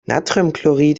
natriumchlorid